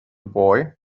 boy